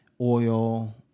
oil